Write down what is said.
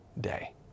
day